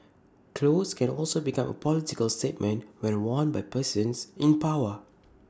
clothes can also become A political statement when worn by persons in power